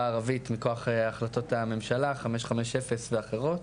הערבית מכוח החלטות הממשלה 550 ואחרות.